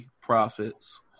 Profits